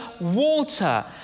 water